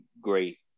great